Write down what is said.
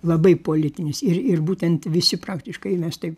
labai politinis ir ir būtent visi praktiškai mes taip